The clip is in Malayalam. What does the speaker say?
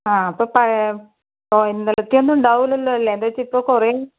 ആ അപ്പം പഴ ഓ ഇന്നലത്തെ ഒന്നും അല്ലേ എന്താ വെച്ചാൽ ഇപ്പോൾ കുറെ